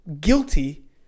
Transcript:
guilty